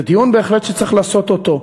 זה דיון בהחלט שצריך לעשות אותו,